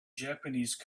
japanese